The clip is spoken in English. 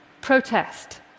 protest